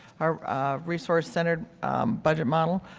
or resource center budget model.